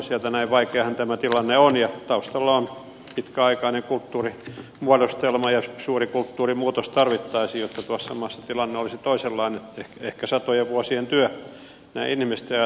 näin vaikeahan tämä tilanne on ja taustalla on pitkäaikainen kulttuurimuodostelma ja suuri kulttuurimuutos tarvittaisiin jotta tuossa maassa tilanne olisi toisenlainen ehkä satojen vuosien työ näin inhimillisesti ajatellen